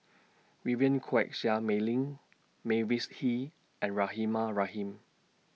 Vivien Quahe Seah Mei Lin Mavis Hee and Rahimah Rahim